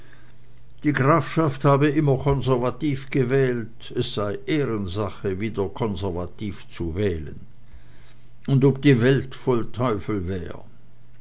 die grafschaft habe immer konservativ gewählt es sei ehrensache wieder konservativ zu wählen und ob die welt voll teufel wär